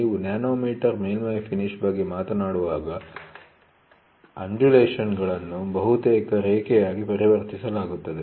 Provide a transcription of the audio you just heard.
ನೀವು ನ್ಯಾನೊಮೀಟರ್ ಮೇಲ್ಮೈ ಫಿನಿಶ್ ಬಗ್ಗೆ ಮಾತನಾಡುವಾಗ ಅನ್ಜುಲೇಶನ್'ಗಳನ್ನು ಬಹುತೇಕ ರೇಖೆಯಾಗಿ ಪರಿವರ್ತಿಸಲಾಗುತ್ತದೆ